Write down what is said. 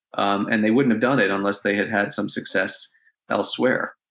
um and they wouldn't have done it unless they had had some success elsewhere.